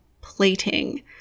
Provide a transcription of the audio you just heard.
plating